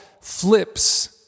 flips